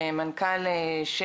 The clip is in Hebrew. תודה למנהלת הוועדה,